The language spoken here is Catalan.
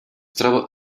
troba